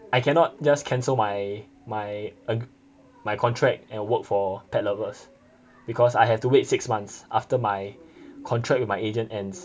I cannot just cancel my agree~ contract and work for Pet Lovers because I have to wait six months after my contract with my agent ends